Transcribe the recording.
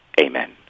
Amen